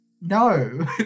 no